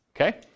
Okay